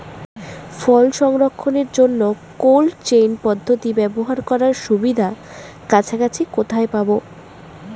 ফল সংরক্ষণের জন্য cold chain পদ্ধতি ব্যবহার করার সুবিধা কাছাকাছি কোথায় পাবো?